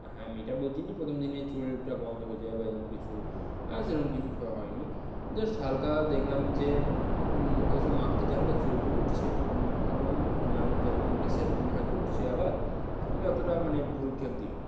হ্যাঁ মেয়েটা বলছিল যে প্রথম দিনে চুল ওঠা বন্ধ হয়ে যাবে এরকম কিছু সেরকম কিছু স হয়নি জাস্ট হালকা দেখলাম যে ওই সব মাখতে যা হালকা চুল টুল উঠছে আমার আমি ভাবলাম অন্যান্য যেরকম ওঠে সেরকমই হয়তো উঠছে আবার আমি অতটাও মানে ভ্রূক্ষেপ দিইনি